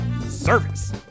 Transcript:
Service